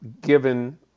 given